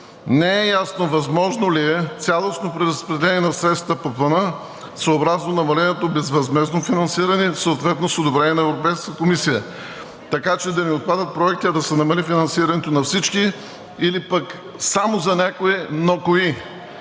Не е ясно възможно ли е цялостно преразпределение на средствата по Плана съобразно намаленото безвъзмездно финансиране съответно с одобрение на Европейската комисия, така че да не отпадат проекти, а да се намали финансирането за всички или пък само за някои, но кои?